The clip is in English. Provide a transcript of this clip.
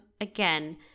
again